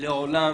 לעולם